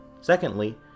Secondly